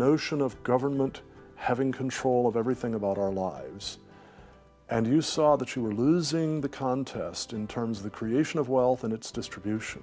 notion of government having control of everything about our lives and you saw that you were losing the contest in terms of the creation of wealth and its distribution